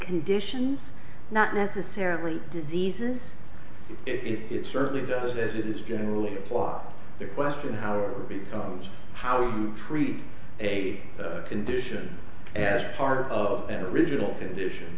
conditions not necessarily diseases it certainly does as it is generally law the question how or becomes how to treat a condition as part of an original condition